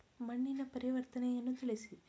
ಮಣ್ಣಿನ ಪರಿವರ್ತನೆಯನ್ನು ತಿಳಿಸಿ?